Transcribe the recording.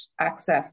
access